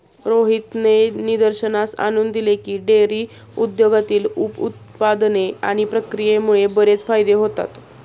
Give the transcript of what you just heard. रोहितने निदर्शनास आणून दिले की, डेअरी उद्योगातील उप उत्पादने आणि प्रक्रियेमुळे बरेच फायदे होतात